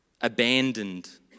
abandoned